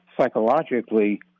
psychologically